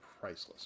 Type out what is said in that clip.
priceless